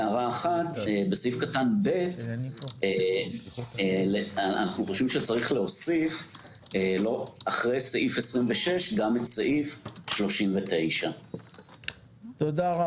בסעיף קטן (ב) אנו חושבים שיש להוסיף אחרי סעיף 26 גם את סעיף 39. תודה.